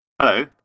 Hello